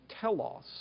telos